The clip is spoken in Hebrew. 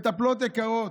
מטפלות יקרות,